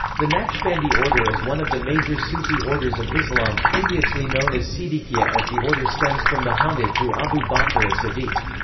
the naqshbandi order is one of the major sufi orders of islam, previously known as siddiqiyya as the order stems from mohammad through abu bakr as-siddiq.